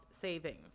savings